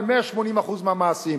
הם 180 מעלות מהמעשים.